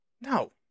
No